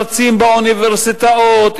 מרצים באוניברסיטאות,